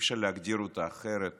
אי-אפשר להגדיר אותה אחרת